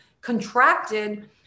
contracted